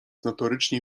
notorycznie